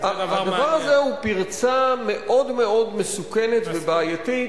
הדבר הזה הוא פרצה מאוד מאוד מסוכנת ובעייתית